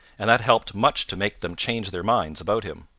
and that helped much to make them change their minds about him.